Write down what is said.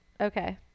okay